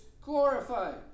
glorified